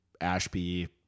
ashby